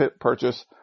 purchase